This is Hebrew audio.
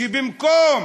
שבמקום